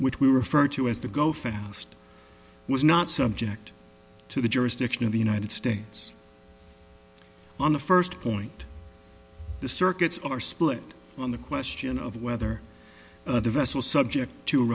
which we refer to as the go fast was not subject to the jurisdiction of the united states on the first point the circuits are split on the question of whether the vessel subject to a